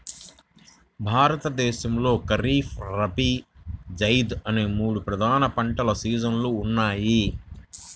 భారతదేశంలో ఖరీఫ్, రబీ, జైద్ అనే మూడు ప్రధాన పంటల సీజన్లు ఉన్నాయి